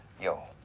yo